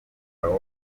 aba